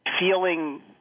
feeling